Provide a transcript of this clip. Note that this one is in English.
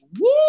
Woo